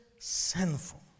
Sinful